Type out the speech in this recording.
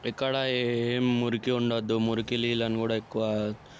ఎక్కడా ఏ మురికి ఉండదు మురికి నీళ్ళను కూడా ఎక్కువ